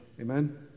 Amen